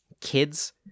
kids